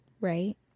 right